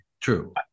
true